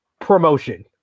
promotion